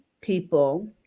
people